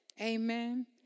Amen